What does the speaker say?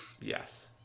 yes